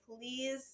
please